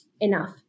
enough